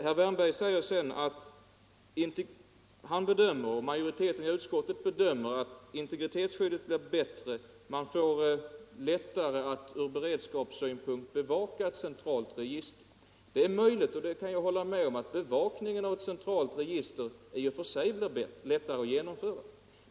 Herr Wärnberg säger sedan att han och majoriteten av utskottet bedömer att integritetsskyddet blir bättre och att man får lättare att ur beredskapssynpunkt bevaka ett centralt register. Det är möjligt. Jag kan hålla med om att bevakningen av ett centralt register i och för sig blir lättare att genomföra.